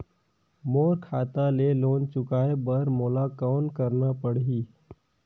मोर खाता ले लोन चुकाय बर मोला कौन करना पड़ही?